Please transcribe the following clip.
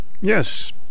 Yes